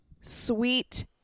sweet